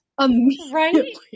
immediately